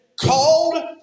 called